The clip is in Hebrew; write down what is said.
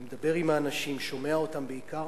אני מדבר עם האנשים, שומע אותם בעיקר.